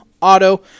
auto